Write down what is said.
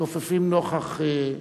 מתכופפים נוכח,